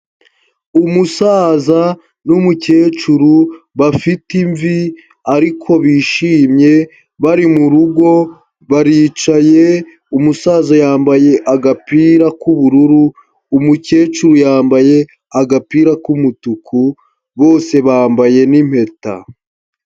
Umusaza n'umukecuru bafite imvi ariko bishimye, bari mu rugo, baricaye, umusaza yambaye agapira k'ubururu, umukecuru yambaye agapira k'umutuku, bose bambaye n'impeta.